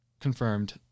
confirmed